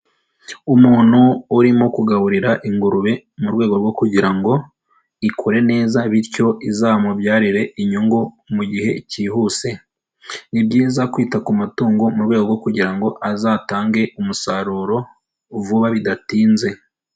Umuntu urimo kugaburira ingurube mu rwego rwo kugira ngo ikure neza bityo izamubyarire inyungu mu gihe cyihuse. Ni byiza kwita ku matungo mu rwego kugira ngo azatange umusaruro vuba bidatinze.